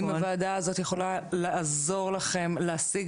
אם הוועדה הזאת יכולה לעזור לכם להשיג